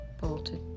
bolted